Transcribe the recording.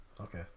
okay